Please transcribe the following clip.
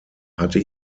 hatte